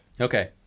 Okay